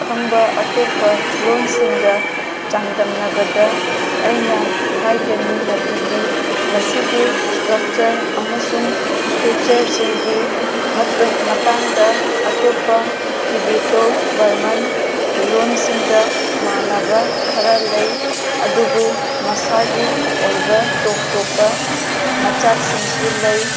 ꯈꯪꯕ ꯑꯇꯣꯞꯄ ꯂꯣꯟꯁꯤꯡꯒ ꯆꯥꯡꯗꯝꯅꯕꯗ ꯑꯩꯅ ꯍꯥꯏꯒꯅꯤ ꯃꯗꯨꯗꯤ ꯃꯁꯤꯒꯤ ꯁ꯭ꯇꯔꯛꯆꯔ ꯑꯃꯁꯨꯡ ꯐꯤꯆꯔꯁꯤꯡꯒꯤ ꯃꯇꯥꯡꯗ ꯑꯇꯣꯞꯄ ꯇꯤꯕꯦꯠꯇꯣ ꯕꯔꯃꯟ ꯂꯣꯟꯁꯤꯡꯒ ꯃꯥꯟꯅꯕ ꯈꯔ ꯂꯩ ꯑꯗꯨꯕꯨ ꯃꯁꯥꯒꯤ ꯑꯣꯏꯕ ꯇꯣꯞ ꯇꯣꯞꯄ ꯃꯆꯥꯛꯁꯤꯡꯁꯨ ꯂꯩ